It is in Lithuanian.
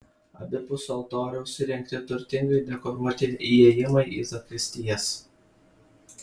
abipus altoriaus įrengti turtingai dekoruoti įėjimai į zakristijas